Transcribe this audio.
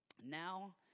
Now